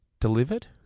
delivered